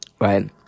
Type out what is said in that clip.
right